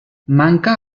manca